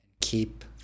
Keep